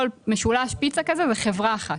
כל משולש פיצה כזה הוא חברה אחת.